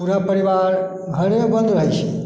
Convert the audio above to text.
पूरा परिवार घरेमे बन्द रहैत छी